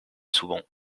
souvent